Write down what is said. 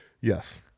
Yes